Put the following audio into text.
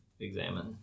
examine